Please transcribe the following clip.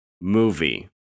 movie